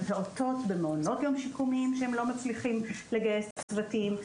פעוטות במעונות יום שיקומיים שהם לא מצליחים לגייס צוותים.